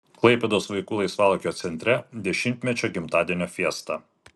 klaipėdos vaikų laisvalaikio centre dešimtmečio gimtadienio fiesta